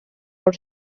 por